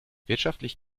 wirtschaftlich